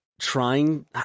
trying